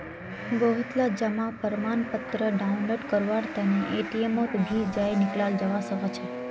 बहुतला जमा प्रमाणपत्र डाउनलोड करवार तने एटीएमत भी जयं निकलाल जवा सकछे